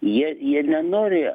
jie jie nenori